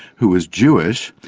who was jewish,